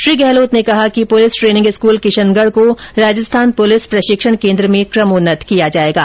श्री गहलोत ने कहा कि पुलिस ट्रेनिंग स्कूल किशनगढ़ को राजस्थान पुलिस प्रशिक्षण केन्द्र में क्रमोन्नत किया जायेगा